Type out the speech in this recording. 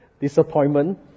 disappointment